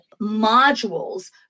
modules